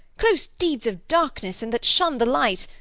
close deeds of darkness, and that shun the light!